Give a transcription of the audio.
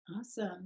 Awesome